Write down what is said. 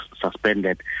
suspended